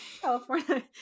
California